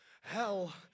hell